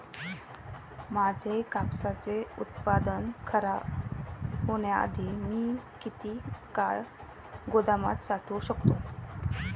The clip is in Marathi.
माझे कापसाचे उत्पादन खराब होण्याआधी मी किती काळ गोदामात साठवू शकतो?